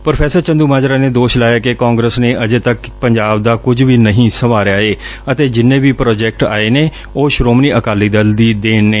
pro Chandumajra ਨੇ ਦੋਸ਼ ਲਾਇਆ ਕਿ ਕਾਂਗਰਸ ਨੇ ਅੱਜੇ ਤੱਕ ਪੰਜਾਬ ਦਾ ਕੁਝ ਵੀ ਨਹੀਂ ਸੰਵਾਰਿਆ ਏ ਅਤੇ ਜਿੰਨੇ ਵੀ ਪ੍ਰਾਜੈਕਟ ਆਏ ਨੇ ਉਹ ਸ੍ਰੋਮਣੀ ਅਕਾਲੀ ਦਲ ਦੀ ਦੇਨ ਨੇ